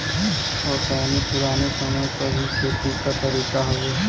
ओसैनी पुराने समय क ही खेती क तरीका हउवे